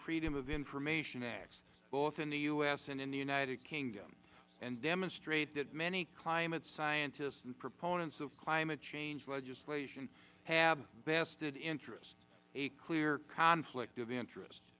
freedom of information acts both in the u s and in the united kingdom and demonstrates that many climate scientists and proponents of climate change legislation have vested interests a clear conflict of interest